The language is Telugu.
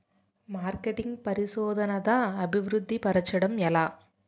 మార్కెటింగ్ పరిశోధనదా అభివృద్ధి పరచడం ఎలా